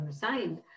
signed